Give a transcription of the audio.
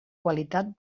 qualitat